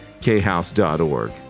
khouse.org